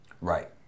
Right